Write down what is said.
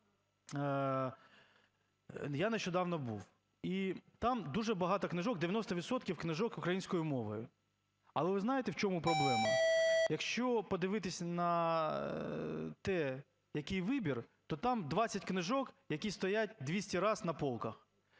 Я нещодавно був. І там дуже багато книжок, 90 відсотків книжок українською мовою. Але ви знаєте, в чому проблема? Якщо подивитися на те, який вибір, то там 20 книжок, які стоять 200 раз на полках.